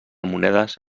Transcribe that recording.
monedes